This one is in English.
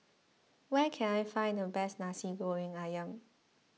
where can I find the best Nasi Goreng Ayam